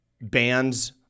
bands